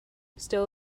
still